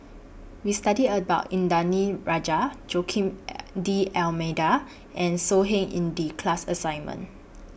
We studied about Indranee Rajah Joaquim D'almeida and So Heng in The class assignment